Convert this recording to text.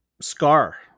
Scar